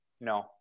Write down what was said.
No